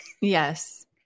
Yes